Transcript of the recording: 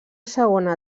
segona